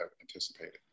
anticipated